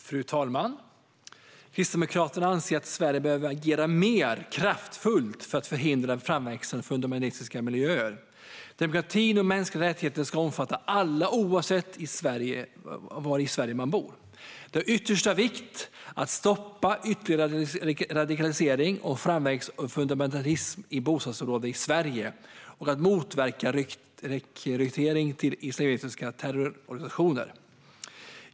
Fru talman! Kristdemokraterna anser att Sverige behöver agera mer kraftfullt för att förhindra framväxandet av fundamentalistiska miljöer. Demokrati och mänskliga rättigheter ska omfatta alla oavsett var i Sverige man bor. Det är av yttersta vikt att stoppa ytterligare radikalisering och framväxandet av fundamentalism i bostadsområden i Sverige, detta för att motverka rekrytering till islamistiska terrororganisationer.